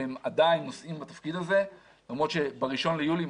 והם עדיין נושאים בתפקיד הזה למרות שב-1 ביולי,